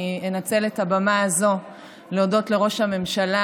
אני אנצל את הבמה הזאת להודות לראש הממשלה,